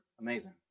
amazing